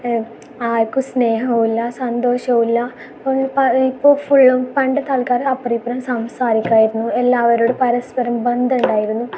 ആർക്കും സ്നേഹമാവില്ല സന്തോഷമാവില്ല ഇപ്പോൾ ഫുള്ളും പണ്ട് തൽക്കാലം അപ്പുറവും ഇപ്പുറവും സംസാരിക്കാമായിരുന്നു എല്ലാവരോടും പരസ്പരം ബന്ധമുണ്ടായിരുന്നു